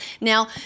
Now –